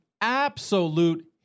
absolute